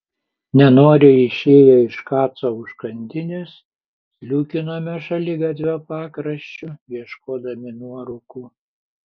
nenoriai išėję iš kaco užkandinės sliūkinome šaligatvio pakraščiu ieškodami nuorūkų